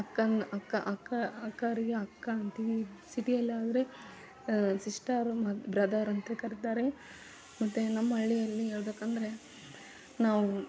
ಅಕ್ಕನ ಅಕ್ಕ ಅಕ್ಕ ಅಕ್ಕ ಅಕ್ಕರಿಗೆ ಅಕ್ಕ ಅಂತೀವಿ ಸಿಟಿ ಅಲ್ಲಿ ಆದರೆ ಸಿಸ್ಟರ್ ಮಗ ಬ್ರದರ್ ಅಂತ ಕರಿತಾರೆ ಮತ್ತು ನಮ್ಮ ಹಳ್ಳಿಯಲ್ಲಿ ಹೇಳ್ಬೇಕಂದ್ರೆ ನಾವು